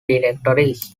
directories